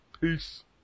peace